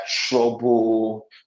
trouble